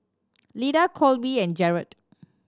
Lida Kolby and Jarod